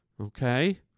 Okay